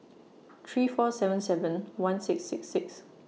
three four seven seven one six six six